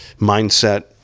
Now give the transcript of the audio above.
mindset